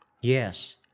Yes